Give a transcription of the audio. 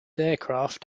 aircraft